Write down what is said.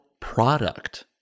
product